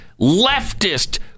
leftist